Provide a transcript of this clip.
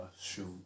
shoot